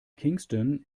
kingston